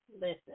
listen